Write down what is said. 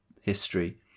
history